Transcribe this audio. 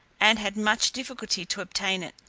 and had much difficulty to obtain it.